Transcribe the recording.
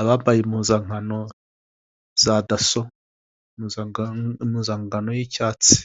abambaye impuzankano za daso, impuzangano y'icyatsi.